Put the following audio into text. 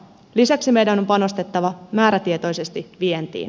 lisäksi meidän on panostettava määrätietoisesti vientiin